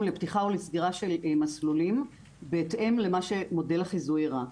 לפתיחה או לסגירה של מסלולים בהתאם למה שמודל החיזוי הראה.